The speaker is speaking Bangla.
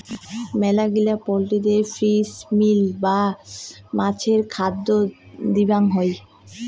মেলাগিলা পোল্ট্রিদের ফিশ মিল বা মাছের খাদ্য দিবং হই